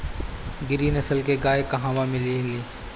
गिरी नस्ल के गाय कहवा मिले लि?